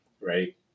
right